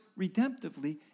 redemptively